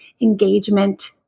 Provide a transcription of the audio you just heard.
engagement